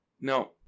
No